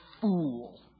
fool